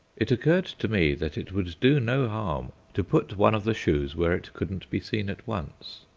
it occurred to me that it would do no harm to put one of the shoes where it couldn't be seen at once,